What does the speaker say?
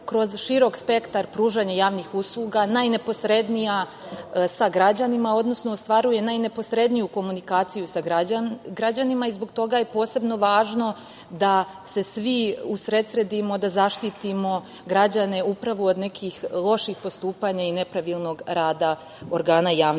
kroz širok spektar pružanja javnih usluga najneposrednija sa građanima, odnosno ostvaruje najneposredniju komunikaciju sa građanima i zbog toga je posebno važno da se svi usredsredimo da zaštitimo građane upravo od nekih loših postupanja i nepravilnog rada organa javne